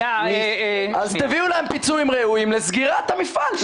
אז תביאו להם פיצויים ראויים לסגירת המפעל,